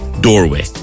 doorway